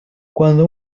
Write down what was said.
cuando